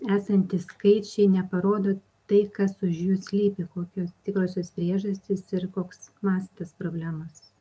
esantys skaičiai neparodo tai kas už jų slypi kokios tikrosios priežastys ir koks mastas problemas